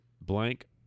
blank